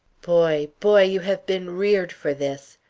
boy, boy, you have been reared for this.